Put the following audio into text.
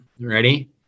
ready